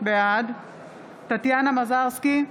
בעד טטיאנה מזרסקי,